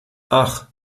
ach